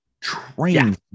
train